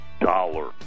dollar